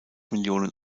millionen